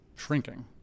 shrinking